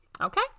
okay